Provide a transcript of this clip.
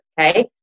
okay